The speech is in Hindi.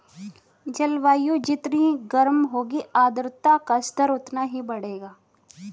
जलवायु जितनी गर्म होगी आर्द्रता का स्तर उतना ही बढ़ेगा